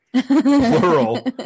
Plural